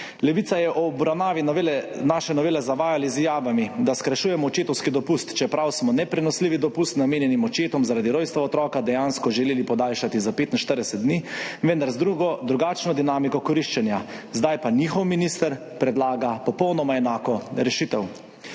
Levica je ob obravnavi naše novele zavajala z izjavami, da skrajšujemo očetovski dopust, čeprav smo neprenosljivi dopust, namenjen očetom zaradi rojstva otroka, dejansko želeli podaljšati za 45 dni, vendar z drugačno dinamiko koriščenja, zdaj pa njihov minister predlaga popolnoma enako rešitev.